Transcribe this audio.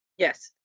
yes.